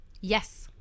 Yes